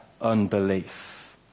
unbelief